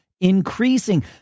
increasing